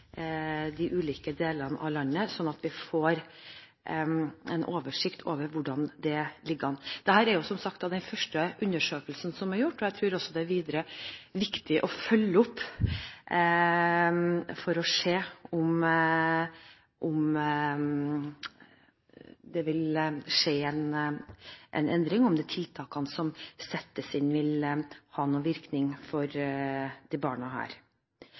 de ulike delene av landet skal gjøre, viktig, slik at vi får en oversikt over hvordan det ligger an. Dette er, som sagt, den første undersøkelsen som er gjort, og jeg tror videre det er viktig å følge opp for å se om det vil skje en endring, og om de tiltakene som settes inn, vil ha noen virkning for disse barna.